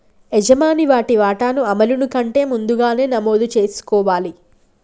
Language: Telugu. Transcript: యజమాని వాటి వాటాను అమలును కంటే ముందుగానే నమోదు చేసుకోవాలి